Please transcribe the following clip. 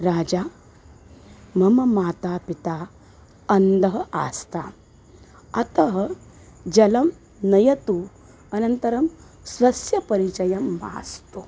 राजा मम माता पिता अन्धौ आस्ताम् अतः जलं नयतु अनन्तरं स्वस्य परिचयं मास्तु